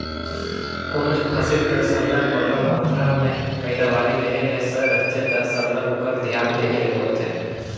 कोनोच फसिल कर सरलग बगरा मातरा में पएदावारी लेहे ले रहथे ता सरलग ओकर धियान देहे ले परथे